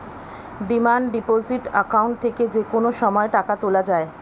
demand deposit account থেকে যে কোনো সময় টাকা তোলা যায়